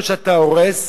או שאתה הורס,